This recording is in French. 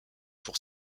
pour